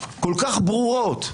כל כך ברורות,